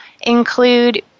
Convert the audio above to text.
include